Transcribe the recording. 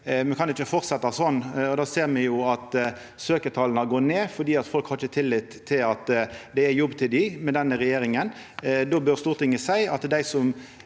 Me kan ikkje fortsetja sånn – me ser jo at søkjartala går ned fordi folk ikkje har tillit til at det er jobb til dei med denne regjeringa. Då bør Stortinget seia at dei som